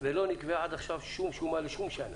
ולא נקבעה עד עכשיו שום שומה לשום שנה.